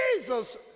Jesus